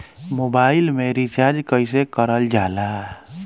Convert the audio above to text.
Mobile में recharge कइसे करल जाला?